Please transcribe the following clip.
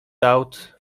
out